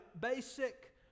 basic